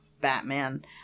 Batman